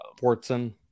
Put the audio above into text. Portson